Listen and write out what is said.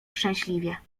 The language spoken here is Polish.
szczęśliwie